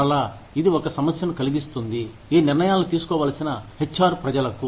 మరలా ఇది ఒక సమస్యను కలిగిస్తుంది ఈ నిర్ణయాలు తీసుకోవలసిన హెచ్ఆర్ ప్రజలకు